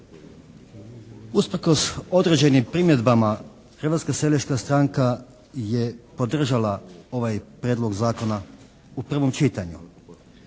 Usprkos određenim primjedbama Hrvatska seljačka stranka je podržala ovaj prijedlog zakona u prvom čitanju.